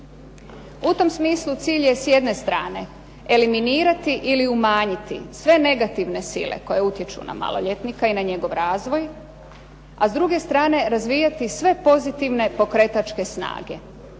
U tom smislu cilj je s jedne strane eliminirati ili umanjiti sve negativne sile koje utječu na maloljetnika i na njegov razvoj, a s druge strane razvijati sve pozitivne pokretačke snage.